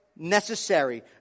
necessary